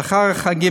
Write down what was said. לאחר החגים,